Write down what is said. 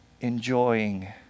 enjoying